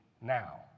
now